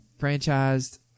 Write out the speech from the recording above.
franchised